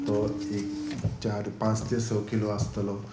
तो एक चार पांच ते स किलो आसतलो